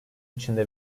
içinde